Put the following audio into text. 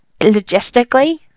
logistically